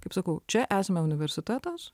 kaip sakau čia esam universitetas